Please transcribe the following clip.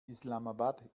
islamabad